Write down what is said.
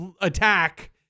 attack